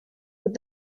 with